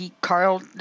Carl